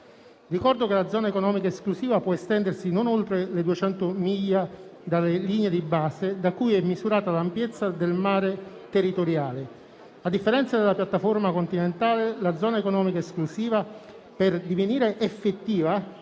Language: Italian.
Ricordo che la zona economica esclusiva può estendersi non oltre le 200 miglia dalle linee di base da cui è misurata l'ampiezza del mare territoriale. A differenza della piattaforma continentale, la zona economica esclusiva (ZEE) per divenire effettiva